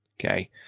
Okay